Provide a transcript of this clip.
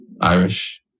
Irish